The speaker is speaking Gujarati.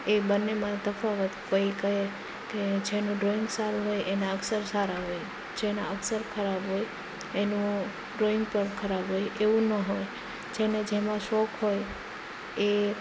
એ બંનેમાં તફાવત કોઈ કહે કે જેનું ડ્રોઈંગ સારું હોય એના અક્ષર સારા હોય જેના અક્ષર ખરાબ હોય એનું ડ્રોઈંગ પણ ખરાબ હોય એવું નો હોય જેને જેનો શોખ હોય એ